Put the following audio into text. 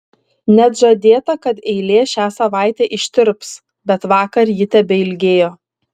net žadėta kad eilė šią savaitę ištirps bet vakar ji tebeilgėjo